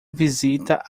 visita